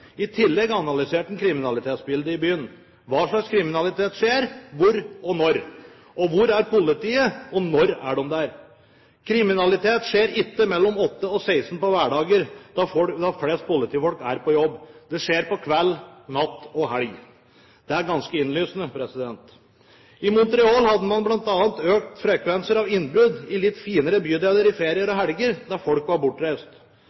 I tillegg analyserte han kriminalitetsbildet i byen – hva slags kriminalitet begås, hvor og når, og hvor er politiet, når er de der? Kriminalitet skjer ikke mellom kl. 08 og 16 på hverdager da flest politifolk er på jobb. Det skjer på kvelden, om natten og i helgene. Det er ganske innlysende. I Montreal hadde man bl.a. økte frekvenser av innbrudd i litt finere bydeler i ferier og helger mens folk var